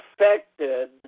affected